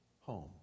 home